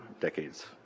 decades